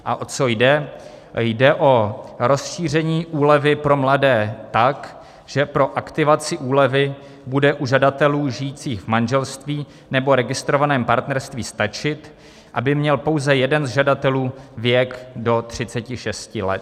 O co jde: jde o rozšíření úlevy pro mladé tak, že pro aktivaci úlevy bude u žadatelů žijících v manželství nebo registrovaném partnerství stačit, aby měl pouze jeden z žadatelů věk do 36 let.